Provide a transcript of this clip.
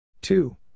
Two